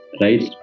right